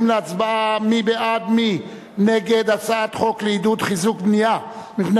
מי בעד ומי נגד הצעת חוק לעידוד חיזוק בנייה מפני